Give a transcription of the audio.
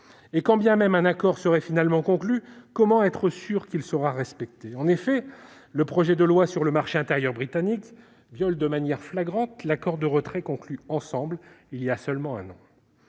Et quand bien même un accord serait finalement conclu, comment être sûr qu'il sera respecté ? En effet, le projet de loi sur le marché intérieur britannique viole de manière flagrante l'accord de retrait conclu ensemble il y a seulement un an.